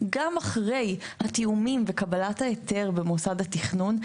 גם אחרי התאומים וקבלת ההיתר במוסד התכנון,